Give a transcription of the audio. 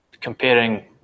comparing